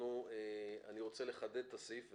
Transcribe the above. אני רוצה לחדד את הסעיף.